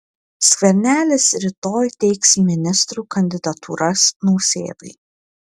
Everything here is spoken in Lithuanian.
skvernelis rytoj teiks ministrų kandidatūras nausėdai